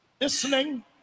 listening